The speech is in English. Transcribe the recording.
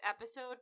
episode